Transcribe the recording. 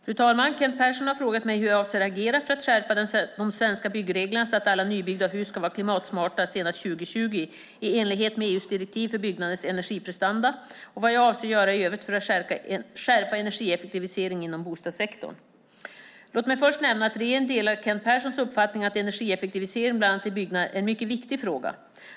Fru talman! Kent Persson har frågat mig hur jag avser att agera för att skärpa de svenska byggreglerna så att alla nybyggda hus ska vara klimatsmarta senast 2020 i enlighet med EU:s direktiv för byggnaders energiprestanda och vad jag avser att göra i övrigt för att skärpa energieffektiviseringen inom bostadssektorn. Låt mig först nämna att regeringen delar Kent Perssons uppfattning att energieffektivisering, bland annat i byggnader, är en mycket viktig fråga.